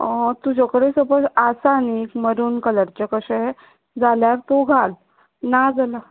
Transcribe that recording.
तुजे कडेन सपोज आसा न्ही मरून कलरचे कशें जाल्यार तू घाल ना जाल्यार